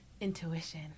intuition